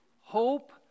hope